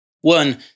One